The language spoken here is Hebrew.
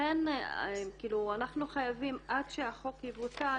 אנחנו חייבים עד שהחוק יבוטל,